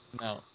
No